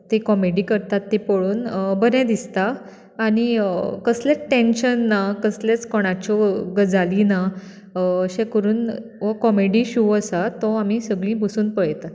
तें कॉमेडी करतात तें पळोवन बरें दिसतां आनी कसलेंच टेंशन ना कसलेंच कोणाच्यो गजाली ना अशें करुन हो कॉमेडि शो आसा तो आमी सगळीं बसून पळेतां